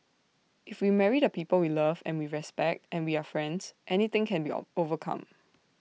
if we marry the people we love and we respect and we are friends anything can be of overcome